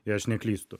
jei aš neklystu